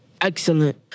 excellent